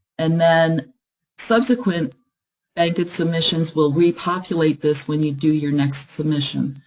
and then subsequent bankit submissions will repopulate this, when you do your next submission.